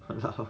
!walao!